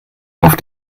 auf